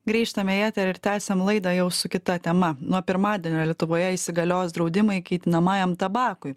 grįžtame į eterį ir tęsiam laidą jau su kita tema nuo pirmadienio lietuvoje įsigalios draudimai kaitinamajam tabakui